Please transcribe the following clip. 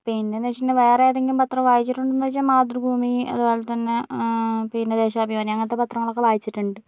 പിന്നേന്ന് വച്ചിട്ടുണ്ടെങ്കിൽ വേറെ ഏതെങ്കിലും പത്രം വായിച്ചിട്ടുണ്ടോന്ന് ചോദിച്ചാൽ മാതൃഭൂമി അതുപോലെ തന്നെ പിന്നെ ദേശാഭിമാനി അങ്ങനത്തെ പത്രങ്ങളൊക്കെ വായിച്ചിട്ടുണ്ട്